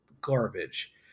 garbage